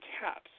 cats